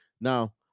Now